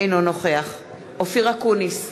אינו נוכח אופיר אקוניס,